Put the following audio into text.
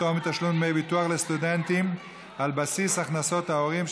פטור מתשלום דמי ביטוח לסטודנטים על בסיס הכנסות ההורים),